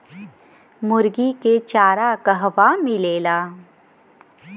मुर्गी के चारा कहवा मिलेला?